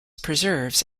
preserves